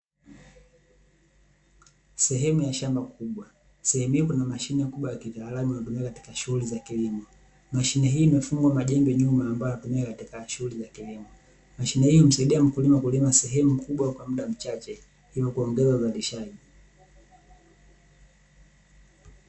Sehemu ya shamba kubwa. Sehemu hiyo kuna mashine kubwa ya kitaalamu inayotumika katika shughuli za kilimo. Mashine hii imefungwa majembe nyuma ambayo yanatumika katika shughuli za kilimo. Mashine hii humsaidia mkulima kulima sehemu kubwa kwa muda mchache hivyo kuugawa uendeshaji.